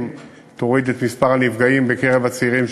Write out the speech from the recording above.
ותוריד את מספר הנפגעים בקרב הצעירים,